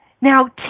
Now